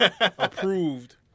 Approved